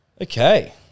Okay